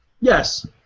Yes